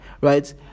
right